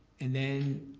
and then,